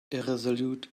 irresolute